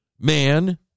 man